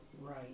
Right